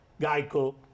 Geico